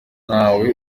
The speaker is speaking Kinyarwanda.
ntawe